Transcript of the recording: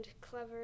clever